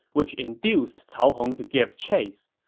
which induced cao hong to give chase.